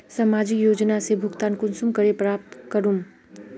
सामाजिक योजना से भुगतान कुंसम करे प्राप्त करूम?